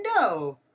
No